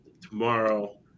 tomorrow